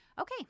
Okay